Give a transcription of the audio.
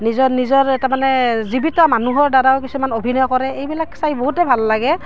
নিজৰ নিজৰ তাৰমানে জীৱিত মানুহৰদ্বাৰাও কিছুমান অভিনয় কৰে এইবিলাক চাই বহুতে ভাল লাগে